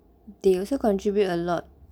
they also contribute a lot